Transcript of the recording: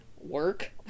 work